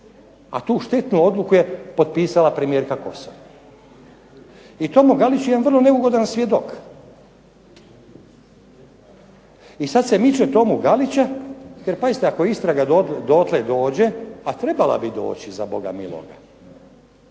a tu štetnu odluku je potpisala premijerka Kosor. I Tomo Galić je jedan vrlo neugodan svjedok. I sad se miče Tomu Galića jer pazite, ako istraga dotle dođe, a trebala bi doći za Boga miloga,